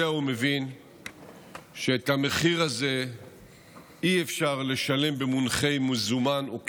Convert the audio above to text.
יודע ומבין שאת המחיר הזה אי-אפשר לשלם במונחי מזומן או כסף.